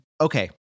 okay